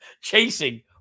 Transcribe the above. chasing